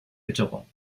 witterung